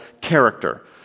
character